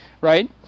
right